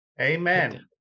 amen